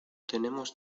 tenemos